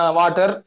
water